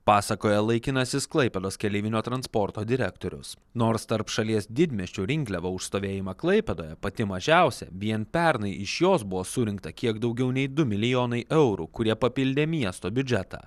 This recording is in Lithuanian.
pasakoja laikinasis klaipėdos keleivinio transporto direktorius nors tarp šalies didmiesčių rinkliavą už stovėjimą klaipėdoje pati mažiausia vien pernai iš jos buvo surinkta kiek daugiau nei du milijonai eurų kurie papildė miesto biudžetą